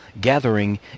gathering